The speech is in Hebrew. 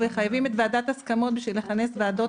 כשחייבים את ועדת ההסכמות בשביל לכנס עכשיו ועדות,